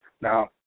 Now